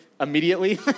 immediately